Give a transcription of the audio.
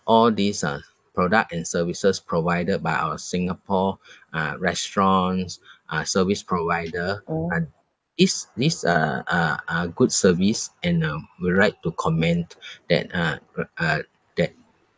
all these uh product and services provided by our singapore uh restaurants uh service provider ah these these uh uh are good service and uh would like to comment that uh r~ uh that